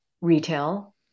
retail